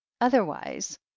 Otherwise